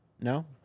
No